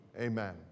Amen